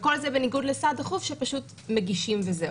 וכל זה בניגוד לסעד דחוף שפשוט מגישים וזהו.